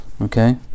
Okay